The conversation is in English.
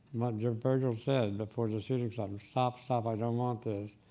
virgil said before the shooting started, stop, stop, i don't want this.